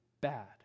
bad